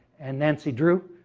and nancy drew,